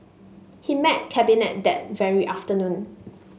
he met Cabinet that very afternoon